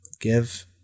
give